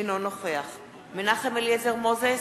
אינו נוכח מנחם אליעזר מוזס,